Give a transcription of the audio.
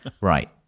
Right